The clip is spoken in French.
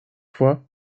fois